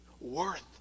worth